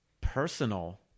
personal